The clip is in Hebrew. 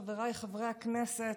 חבריי חברי הכנסת,